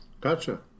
Gotcha